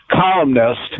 columnist